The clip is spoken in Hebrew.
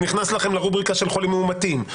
נכנס לכם לרובריקה של חולים מאומתים.